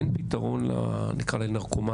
אין פתרון לנרקומניות,